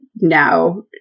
now